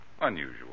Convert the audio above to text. unusual